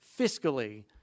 fiscally